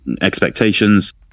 expectations